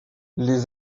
les